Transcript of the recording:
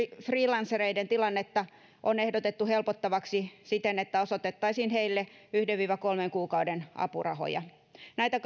freelancereiden tilannetta on ehdotettu helpotettavaksi siten että osoitettaisiin heille yhden viiva kolmen kuukauden apurahoja näitä